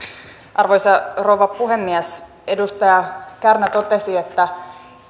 arvoisa rouva puhemies edustaja kärnä totesi että